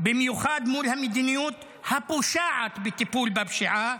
במיוחד מול המדיניות הפושעת בטיפול בפשיעה,